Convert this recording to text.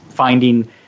Finding